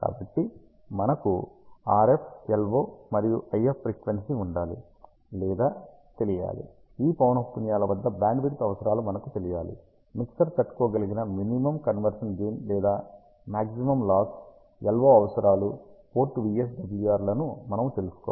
కాబట్టి మనకు RF LO మరియు IF ఫ్రీక్వెన్సీ ఉండాలి లేదా లేదా తెలియాలి ఈ పౌనఃపున్యాల వద్ద బ్యాండ్విడ్త్ అవసరాలు మనకు తెలియాలి మిక్సర్ తట్టుకోగలిగిన మినిమం కన్వర్షన్ గెయిన్ లేదా మాగ్జిమం లాస్ LO అవసరాలు పోర్ట్ VSWR లను మనము తెలుసుకోవాలి